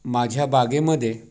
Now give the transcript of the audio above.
माझ्या बागेमध्ये